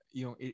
yung